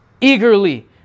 eagerly